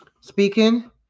speaking